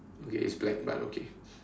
okay it's black but okay